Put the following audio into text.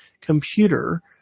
computer